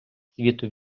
світу